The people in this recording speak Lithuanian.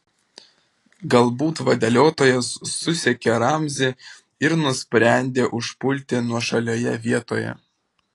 galbūt vadeliotojas susekė ramzį ir nusprendė užpulti nuošalioje vietoje